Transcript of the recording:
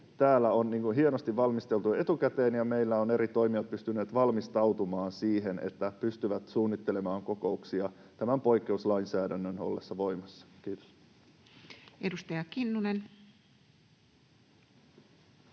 tätä on hienosti valmisteltu etukäteen, ja meillä ovat eri toimijat pystyneet valmistautumaan siihen, että pystyvät suunnittelemaan kokouksia tämän poikkeuslainsäädännön ollessa voimassa. — Kiitos. Edustaja Kinnunen.